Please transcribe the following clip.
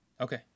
Okay